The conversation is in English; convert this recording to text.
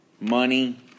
money